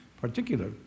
particular